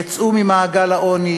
יצאו ממעגל העוני